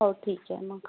हो ठिक आहे मग